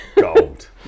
Gold